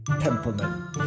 Templeman